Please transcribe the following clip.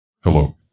Hello